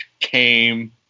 came